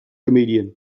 comedian